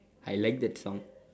I like that song